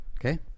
Okay